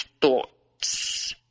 thoughts